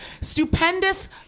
stupendous